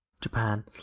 Japan